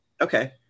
Okay